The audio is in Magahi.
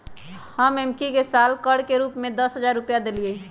हम एम्की के साल कर के रूप में दस हज़ार रुपइया देलियइ